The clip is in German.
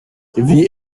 wie